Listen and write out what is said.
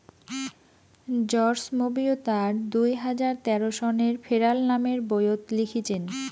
George Monbiot তার দুই হাজার তেরো সনের ফেরাল নামের বইয়ত লিখিচেন